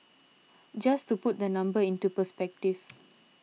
just to put the number into perspective